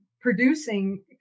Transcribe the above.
producing